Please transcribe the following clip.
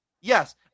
yes